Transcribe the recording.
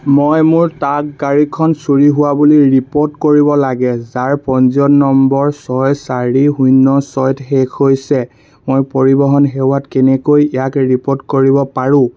মই মোৰ ট্ৰাক গাড়ীখন চুৰি হোৱা বুলি ৰিপ'ৰ্ট কৰিব লাগে যাৰ পঞ্জীয়ন নম্বৰ ছয় চাৰি শূন্য ছয়ত শেষ হৈছে মই পৰিবহণ সেৱাত কেনেকৈ ইয়াক ৰিপ'ৰ্ট কৰিব পাৰোঁ